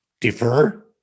defer